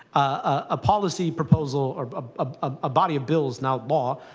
ah policy proposal, or a body of bills, now law,